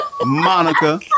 Monica